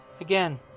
Again